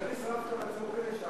בכרטיס ה"רב-קו" עצמו כן אפשר.